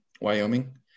Wyoming